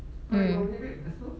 mm